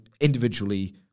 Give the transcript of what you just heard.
individually